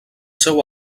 seu